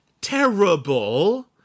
terrible